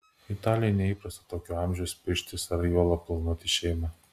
italijoje neįprasta tokio amžiaus pirštis ar juolab planuoti šeimą